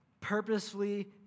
purposefully